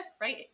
right